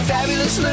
Fabulous